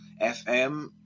FM